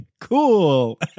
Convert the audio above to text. cool